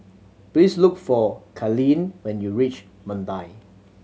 please look for Kaylynn when you reach Mandai